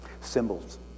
Symbols